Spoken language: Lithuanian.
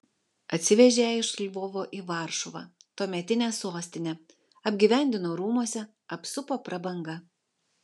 atsivežė ją iš lvovo į varšuvą tuometinę sostinę apgyvendino rūmuose apsupo prabanga